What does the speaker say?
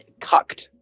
cucked